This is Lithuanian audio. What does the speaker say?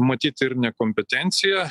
matyt ir nekompetencija